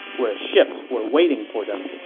where ships were waiting for them